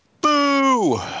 Boo